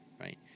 right